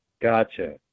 gotcha